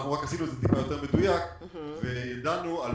אנחנו רק עשינו את זה טיפה יותר מדויק וידענו על